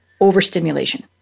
overstimulation